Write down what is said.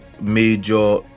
major